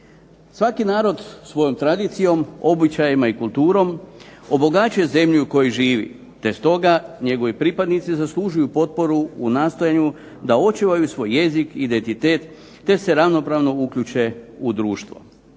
Svaki narod svojom tradicijom, običajima i kulturom obogaćuje zemlju u kojoj živi, te stoga njegovi pripadnici zaslužuju potporu u nastojanju da očuvaju svoj jezik, identitet te se ravnopravno uključe u društvo.